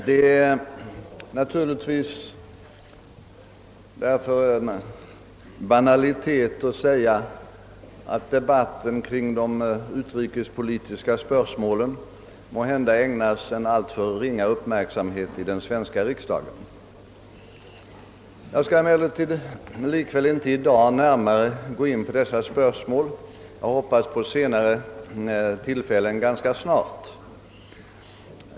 Därför är det naturligtvis en banalitet att säga att debatten kring de utrikespolitiska spörsmålen måhända ägnas alltför ringa uppmärksamhet i den svenska riksdagen. Jag skall emellertid ändå inte gå in på dessa spörsmål närmare i dag. Jag hoppas på flera tillfällen ganska snart.